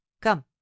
come